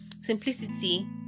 simplicity